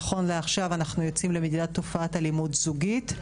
נכון לעכשיו אנחנו יוצאים למדידת תופעת אלימות זוגית,